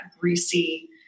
greasy